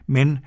Men